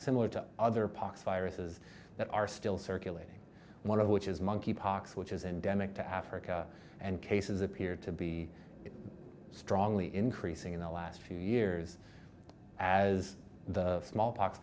similar to other pox viruses that are still circulating one of which is monkeypox which is endemic to africa and cases appear to be strongly increasing in the last few years as the smallpox